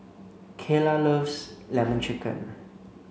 Kaela loves lemon chicken